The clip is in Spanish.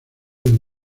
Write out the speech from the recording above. del